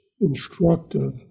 instructive